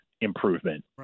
improvement